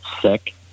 sick